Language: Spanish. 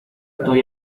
estoy